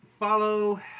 follow